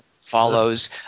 follows